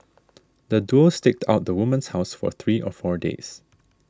the duo staked out the woman's house for three or four days